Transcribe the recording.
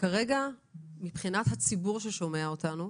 כרגע מבחינת הציבור ששומע אותנו,